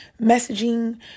messaging